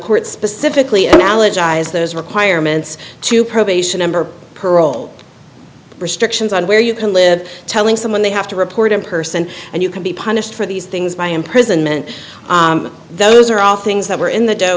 court specifically analogized those requirements to probation number parole restrictions on where you can live telling someone they have to report in person and you can be punished for these things by imprisonment those are all things that were in the do